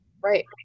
Right